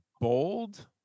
Bold